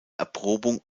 erprobung